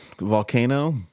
volcano